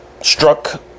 struck